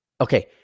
Okay